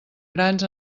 grans